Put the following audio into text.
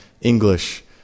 English